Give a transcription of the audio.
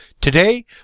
Today